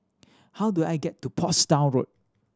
how do I get to Portsdown Road